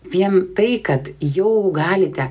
vien tai kad jau galite